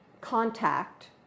contact